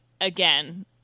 again